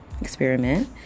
Experiment